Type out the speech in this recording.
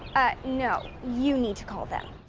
no. you need to call them.